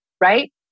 right